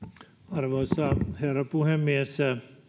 arvoisa herra puhemies